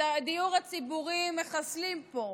את הדיור הציבורי מחסלים פה.